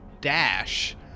dash